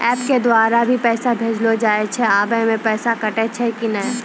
App के द्वारा भी पैसा भेजलो जाय छै आबै मे पैसा कटैय छै कि नैय?